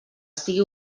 estigui